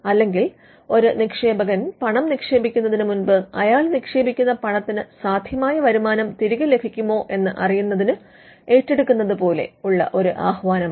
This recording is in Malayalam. അല്ലെങ്കിൽ ഒരു നിക്ഷേപകൻ പണം നിക്ഷേപിക്കുന്നതിന് മുൻപ് അയാൾ നിക്ഷേപിക്കുന്ന പണത്തിന് സാധ്യമായ വരുമാനം തിരികെ ലഭിക്കുമോ എന്ന് അറിയുന്നതിന് ഏറ്റെടുക്കേണ്ട ഒരു ആഹ്വാനമാണ്